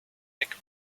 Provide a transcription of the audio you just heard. nick